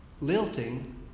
Lilting